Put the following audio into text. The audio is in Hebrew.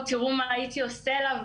תראו מה הייתי עושה לה,